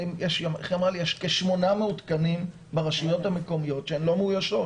יש כ-800 תקנים ברשויות המקומיות שהן לא מאוישות,